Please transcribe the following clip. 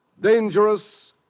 Dangerous